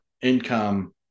income